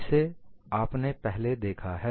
इसे आपने पहले देखा है